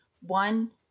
One